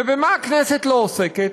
ובמה הכנסת לא עוסקת?